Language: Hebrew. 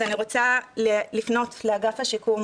אני רוצה לפנות לאגף השיקום